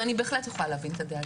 ואני בהחלט יכולה להבין את הדאגה.